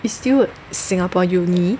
is still a Singapore uni